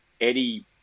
Eddie